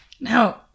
Now